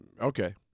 Okay